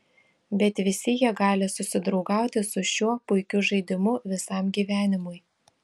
bet visi jie gali susidraugauti su šiuo puikiu žaidimu visam gyvenimui